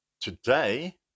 Today